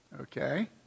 okay